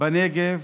בנגב